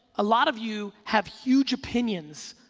a lot of you have huge opinions,